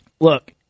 look